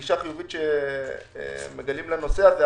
הגישה החיובית שמגלים לנושא הזה,